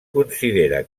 considera